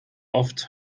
oft